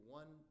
one